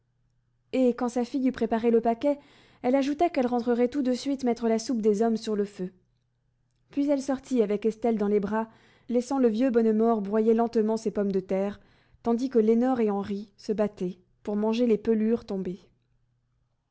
et quand sa fille eut préparé le paquet elle ajouta qu'elle rentrerait tout de suite mettre la soupe des hommes sur le feu puis elle sortit avec estelle dans les bras laissant le vieux bonnemort broyer lentement ses pommes de terre tandis que lénore et henri se battaient pour manger les pelures tombées